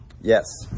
Yes